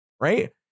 Right